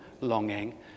longing